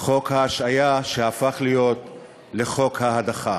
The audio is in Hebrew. חוק ההשעיה, שהפך להיות חוק ההדחה.